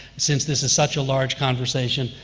since this is such a large conversation.